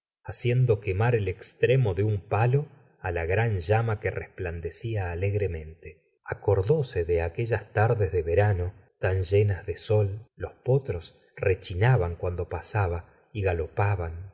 haciendo quemar el extremo de un palo la gran llama que resplandecía alegremente acordóse de aquellas tardes de verano tan llenas de sol los potros rechinaban cuando pasaba y galopaban